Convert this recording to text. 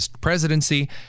presidency